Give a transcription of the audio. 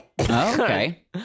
Okay